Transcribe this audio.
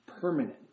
permanent